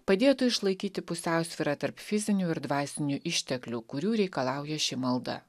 padėtų išlaikyti pusiausvyrą tarp fizinių ir dvasinių išteklių kurių reikalauja ši malda